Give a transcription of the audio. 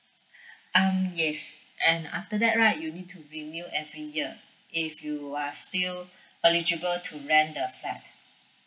um yes and after that right you need to renew every year if you are still eligible to rent the flat